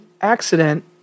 accident